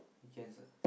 weekends ah